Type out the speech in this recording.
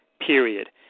period